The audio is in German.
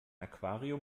aquarium